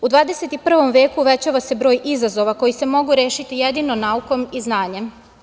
U 21. veku uvećava se broj izazova koji se mogu rešiti jedino naukom i znanjem.